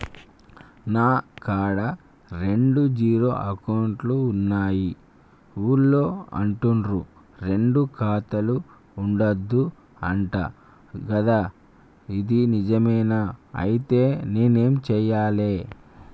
నా కాడా రెండు జీరో అకౌంట్లున్నాయి ఊళ్ళో అంటుర్రు రెండు ఖాతాలు ఉండద్దు అంట గదా ఇది నిజమేనా? ఐతే నేనేం చేయాలే?